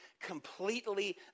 completely